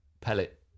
Pellet